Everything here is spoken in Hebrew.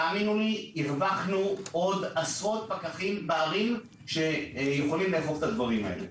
הרווחנו עוד עשרות פקחים בערים שיכולים לאכוף את הדברים האלה.